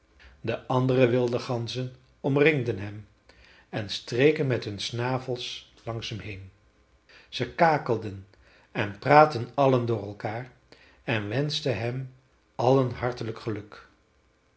de andere wilde ganzen omringden hem en streken met hun snavels langs hem heen ze kakelden en praatten allen door elkaar en wenschten hem allen hartelijk geluk